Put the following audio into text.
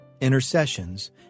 intercessions